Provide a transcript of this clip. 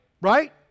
Right